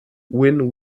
win